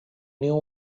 knew